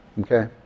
Okay